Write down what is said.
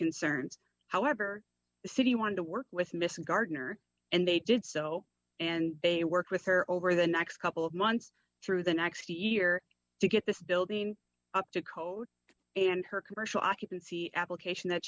concerns however the city wanted to work with mr gardener and they did so and they worked with her over the next couple of months through the next year to get this building up to code and her commercial occupancy application that